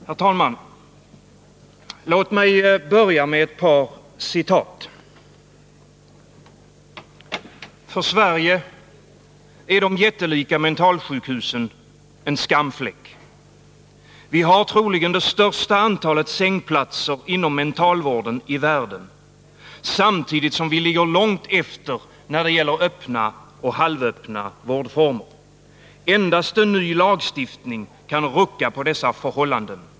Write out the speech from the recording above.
Herr talman! Låt mig börja med några citat: ”För Sverige är de jättelika mentalsjukhusen en skamfläck. Vi har troligen det största antalet sängplatser inom mentalvården i världen, samtidigt som vi ligger långt efter när det gäller öppna och halvöppna vårdformer. Endast en ny lagstiftning kan rucka på dessa förhållanden.